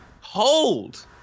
Hold